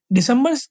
December